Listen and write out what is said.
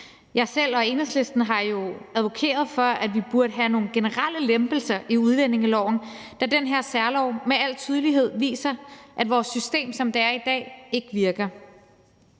Jeg selv og Enhedslisten har jo advokeret for, at vi burde have nogle generelle lempelser i udlændingeloven, da den her særlov med al tydelighed viser, at vores system, som det er i dag, ikke virker.